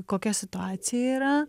kokia situacija yra